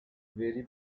very